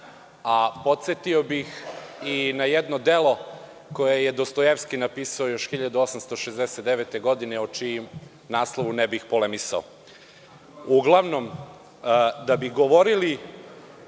a podsetio bih i na jedno delo koje je Dostojevski napisao još 1869. godine o čijem naslovu ne bih polemisao. Uglavnom, da bi govorili